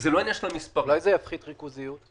אולי זה יפחית ריכוזיות?